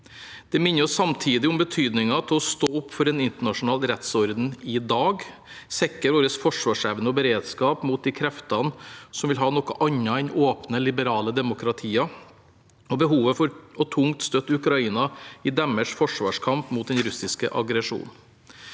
Det minner oss samtidig om betydningen av å stå opp for en internasjonal rettsorden i dag og å sikre vår forsvarsevne og beredskap mot de kreftene som vil ha noe annet enn åpne, liberale demokratier, og om behovet for tungt å støtte Ukraina i deres forsvarskamp mot den russiske aggresjonen.